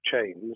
chains